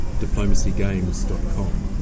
diplomacygames.com